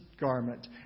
garment